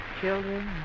Children